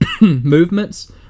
Movements